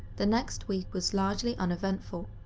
the next week was largely uneventful,